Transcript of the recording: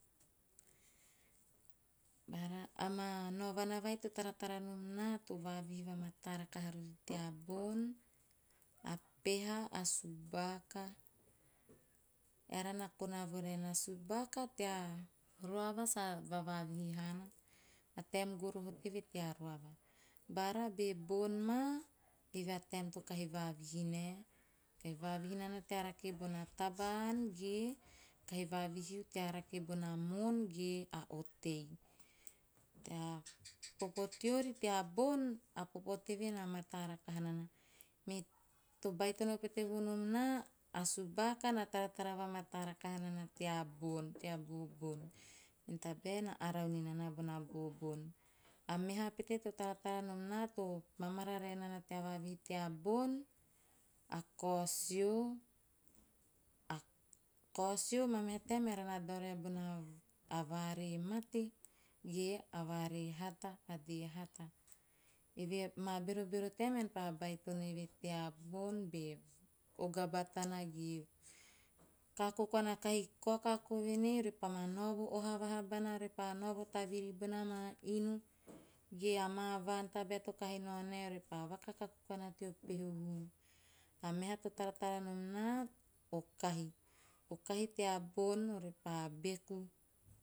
Bara, amaa naova vai to taratara nom na to vavihi vamataa rakaha rori tea bon, a peha a subaka, eara na kona voraen ei a subaka tea maa roava sa vavavihi haana, a taem goroho teve tea roava. Be bon maa, eve amaa taem to vavihi nae. Kahi vavihi nana tea rake bona taba ann ge, kahi vavihi nana tea rake bona taba ann ge, kahi vavihiu tea rake bona moon ge a otei. Nea popo teori teabon, a popo teve na mataa rakaha nana. Me to baitono vo nom naa, a subaka na taratara va mataa rakaha nana tea bon, tea bobon, mene tabae na arau ni nana bona bobon. A meha pete to taratara nom naa to mamararae nana tea vavihi tea bon, a kaosio, a kaosio maa meha taem na daodao raara bona vare mate, ge a vare hata, a dee hata. Eve he maa berobero taem ean pa baitono eve tea bon be oga batana ge, kako koana, kah kao kako voen ei, ore pa ma naovo oha vaha bana repa naovo taviri bona maa inu, ge amaa vaan tabae to kahi nao nae, ore pa vakakaku koana teo peho hum. A meha to taratara nom naa, o kahi. O kahi tea bon repa beku.